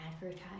advertise